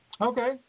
Okay